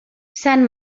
sant